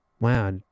Wow